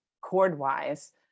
chord-wise